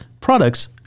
products